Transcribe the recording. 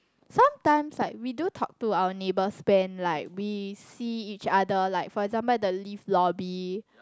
sometimes like we do talk to our neighbours when like we see each other like for example the lift lobby